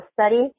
study